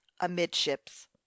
amidships